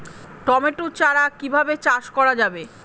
Tomato চারা কিভাবে চাষ করা যাবে?